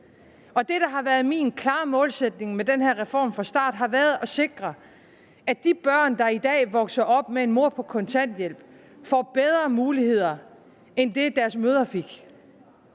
Det, der har været min klare målsætning med den her reform fra start, har været at sikre, at de børn, der i dag vokser op med en mor på kontanthjælp, får bedre muligheder end dem, deres mødre fik.